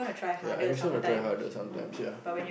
ya it makes you want to try harder sometimes ya